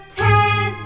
ten